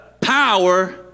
Power